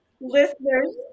listeners